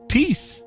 Peace